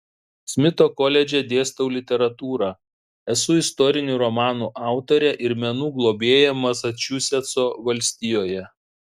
smito koledže dėstau literatūrą esu istorinių romanų autorė ir menų globėja masačusetso valstijoje